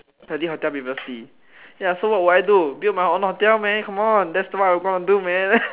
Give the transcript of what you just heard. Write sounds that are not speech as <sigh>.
cause I did hotel previously ya so what would I do build my own hotel man come on that's what I wanna do man <laughs>